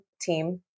team